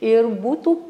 ir būtų